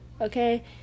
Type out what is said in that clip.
Okay